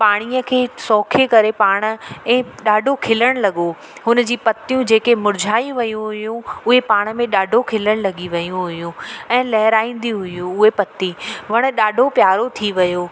पाणीअ खे सोके करे पाण ऐं ॾाढो खिलण लॻो हुन जी पतियूं जेके मुरझाई वियूं हुयूं उए पाण में ॾाढो खिलण लॻी वियूं हुयूं ऐं लहराईंदी हुयूं उहे पती वण ॾाढो प्यारो थी वियो